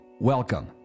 Welcome